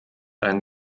ein